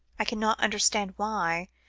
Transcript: i cannot understand why,